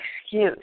excuse